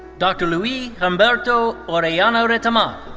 dr. luis humberto orellana retamal.